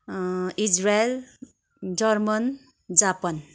Israel German Japan